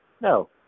No